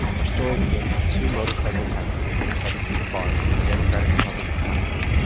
our story begins with two motorcycle taxis headed through the forest in the democratic republic of congo.